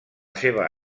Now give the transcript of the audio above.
seva